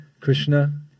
Krishna